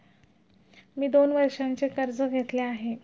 मी दोन वर्षांचे कर्ज घेतले आहे